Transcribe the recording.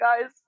guys